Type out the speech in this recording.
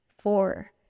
Four